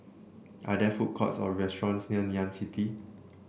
are there food courts or restaurants near Ngee Ann City